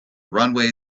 runway